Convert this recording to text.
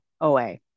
OA